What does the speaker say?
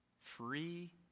Free